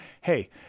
hey